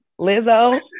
Lizzo